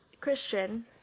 Christian